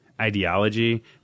ideology